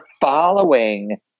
following